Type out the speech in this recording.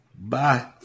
Bye